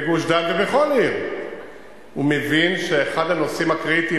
בגוש-דן ובכל עיר מבין שאחד הנושאים הקריטיים